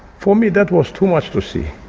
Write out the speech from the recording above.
for me that was too much to see.